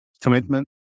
commitment